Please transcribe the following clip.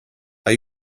are